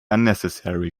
unnecessary